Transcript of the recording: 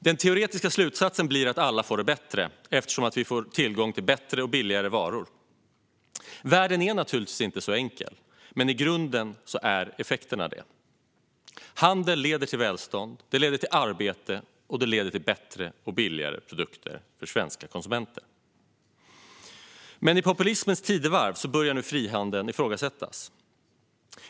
Den teoretiska slutsatsen blir att alla får det bättre, eftersom vi får tillgång till bättre och billigare varor. Världen är naturligtvis inte så enkel, men i grunden blir det denna effekt. Handel leder till välstånd, till arbete och till bättre och billigare produkter för svenska konsumenter. Men i populismens tidevarv börjar nu frihandeln ifrågasättas.